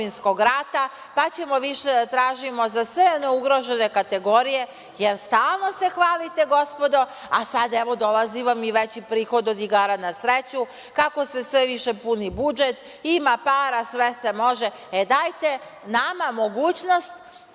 pa ćemo više da tražimo za sve one ugrožene kategorije, jer stalno se hvalite gospodo a sad evo, dolazi vam i veći prihod od igara na sreću kako se sve više puni budžet. Ima para, sve se može, e dajte nama mogućnost,